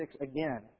again